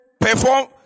perform